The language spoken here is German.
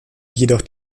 jedoch